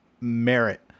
merit